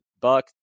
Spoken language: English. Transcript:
Buck